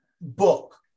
book